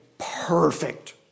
perfect